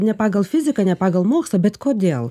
ne pagal fiziką ne pagal mokslą bet kodėl